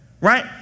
right